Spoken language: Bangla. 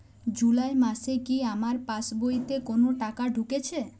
জুলাই মাসে কি আমার পাসবইতে কোনো টাকা ঢুকেছে?